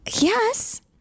Yes